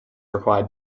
required